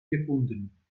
gefunden